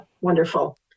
wonderful